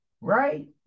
right